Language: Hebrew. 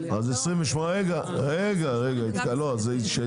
זה 28. כשהצבענו,